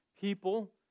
people